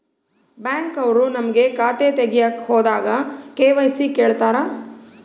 Bank ಅವ್ರು ನಮ್ಗೆ ಖಾತೆ ತಗಿಯಕ್ ಹೋದಾಗ ಕೆ.ವೈ.ಸಿ ಕೇಳ್ತಾರಾ?